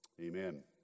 amen